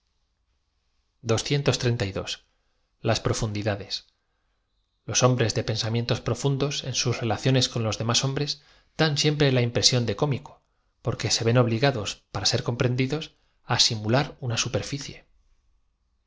las p rofundidades los hombres de pensamientos profundos en sus re laciones con los demás hombres dan siempre la im presión de cómico porque se ven obligados p ara ser comprendidos á simular una superficie